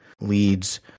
leads